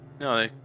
No